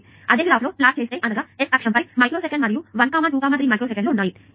ఇప్పుడు అదే గ్రాఫ్లో ప్లాట్ చేస్తే అనగా x అక్షం పై మైక్రో సెకండ్ మరియు 1 2 మరియు 3 మైక్రో సెకన్లు ఉన్నాయి